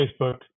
Facebook